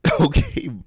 Okay